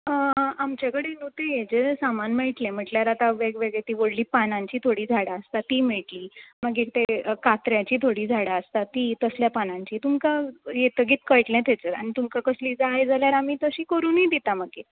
आमचे कडेन नोटी हेचें सामान मेळटलें म्हटल्यार आतां वेगवेगळीं ती व्हडलीं पानांची थोडीं झाडां आसता तीं मेळटलीं मागीर ते कात्र्याचीं थोडीं झाडां आसता ती तसल्या पानांची तुमकां येतगेर कळटलें थंयसर तुमकां कसलीं जाय जाल्यार आमी तसलीं करुनी दिता मागीर